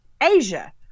Asia